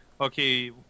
okay